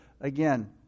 Again